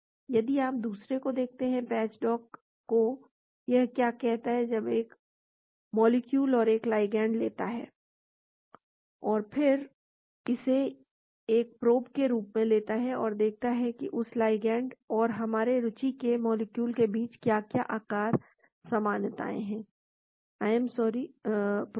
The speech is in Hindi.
यदि आप दूसरे को देखते हैं पैच डॉक को यह क्या कहता है तो यह एक मॉलिक्यूल और एक लाइगैंड लेता है और फिर यह इसे एक प्रोब के रूप में लेता है और देखता है कि उस लाइगैंड और हमारे रुचि के मॉलिक्यूल के बीच क्या आकार समानता है आई एम सॉरी प्रोटीन